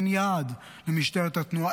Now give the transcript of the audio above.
אין יעד למשטרת התנועה.